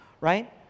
right